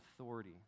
authority